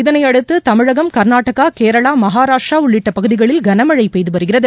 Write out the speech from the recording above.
இதனையடுத்து தமிழகம் கர்நாடகா கேரளா மகாராஷ்டிரா உள்ளிட்ட பகுதிகளில் கனமழை பெய்து வருகிறது